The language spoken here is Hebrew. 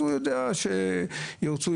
הוא יודע שאם ירצו,